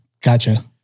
Gotcha